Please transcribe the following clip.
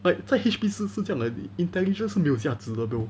like 在 H_P 是是这样的 intelligence 是没有价值的 bro